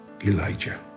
Elijah